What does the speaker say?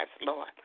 Lord